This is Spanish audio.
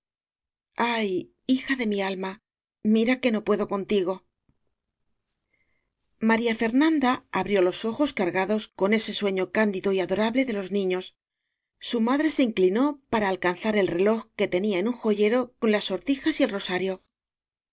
ay hija de mi alma mira que no puedo contigo maría fernanda abrió los ojos cargados con ese sueño cándido y adorable de los ni ños su madre se inclinó para alcanzar el reloj que tenía en un joyero con las sortijas y el rosario